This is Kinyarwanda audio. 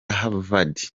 havard